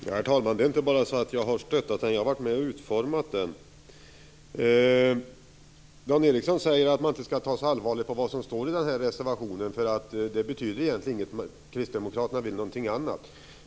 Herr talman! Jag har inte bara stöttat den nuvarande arbetsrättslagstiftningen utan jag har varit med och utformat den. Dan Ericsson säger att man inte skall ta så allvarligt på vad som står i den här reservationen, eftersom det egentligen inte betyder något. Kristdemokraterna vill något annat.